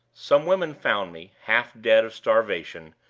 some women found me, half dead of starvation,